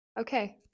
okay